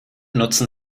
nutzen